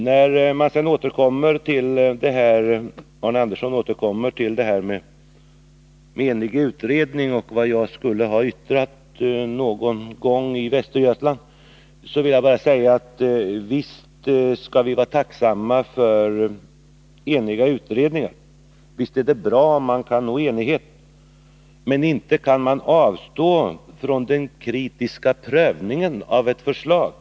När Arne Andersson återkommer till frågan om utredning och vad jag skulle ha yttrat någon gångi Västergötland vill jag bara säga att vi naturligtvis skall vara tacksamma för eniga utredningar. Visst är det bra om man kan nå enighet, men inte kan man väl därför avstå från den kritiska prövningen av ett förslag.